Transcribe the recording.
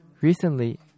Recently